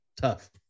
Tough